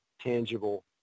tangible